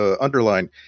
underline